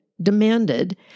demanded